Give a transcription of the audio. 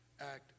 act